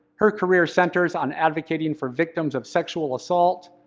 her career centers on advocating for victims of sexual assault,